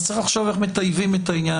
צריך לחשוב איך מטייבים את העניין.